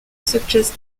suggest